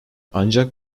ancak